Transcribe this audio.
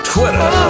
Twitter